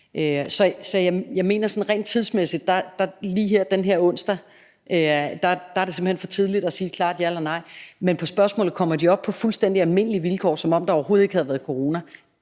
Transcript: Så jeg mener, at det sådan rent tidsmæssigt, lige på den her onsdag, simpelt hen er for tidligt at sige et klart ja eller nej. Men på spørgsmålet om, hvorvidt de kommer op på fuldstændig almindelige vilkår, som om der overhovedet ikke havde været corona,